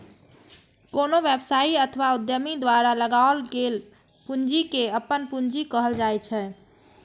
कोनो व्यवसायी अथवा उद्यमी द्वारा लगाओल गेल पूंजी कें अपन पूंजी कहल जाइ छै